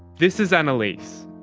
this is annaleise,